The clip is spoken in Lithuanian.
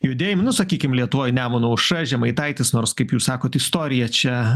judėjimu nu sakykim lietuvoj nemuno aušra žemaitaitis nors kaip jūs sakot istorija čia